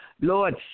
Lord